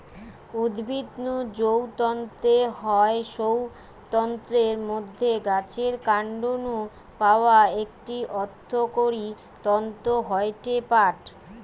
উদ্ভিদ নু যৌ তন্তু হয় সৌ তন্তুর মধ্যে গাছের কান্ড নু পাওয়া একটি অর্থকরী তন্তু হয়ঠে পাট